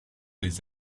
les